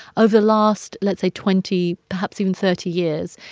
over the last, let's say, twenty, perhaps even thirty years,